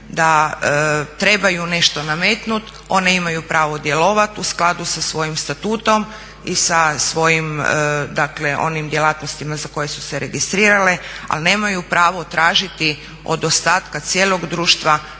da trebaju nešto nametnuti one imaju pravo djelovati u skladu sa svojim statutom i sa svojim dakle onim djelatnostima za koje su se registrirale ali nemaju pravo tražiti od ostatka cijelog društva